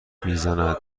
میزند